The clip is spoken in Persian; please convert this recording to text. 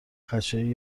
خشن